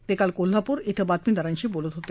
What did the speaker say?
ते काल कोल्हापूर इथं पत्रकारांशी बोलत होते